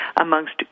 amongst